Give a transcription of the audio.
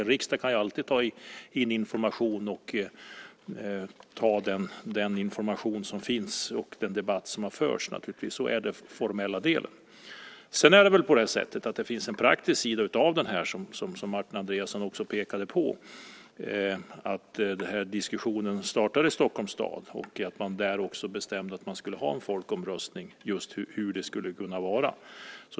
En riksdag kan alltid inhämta den information som finns och den debatt som har förts. Så är det i den formella delen. Sedan finns det också en praktisk sida här, som Martin Andreasson också pekade på. Diskussionen startade i Stockholms stad, och där bestämde man också att ha en folkomröstning om hur det skulle kunna vara.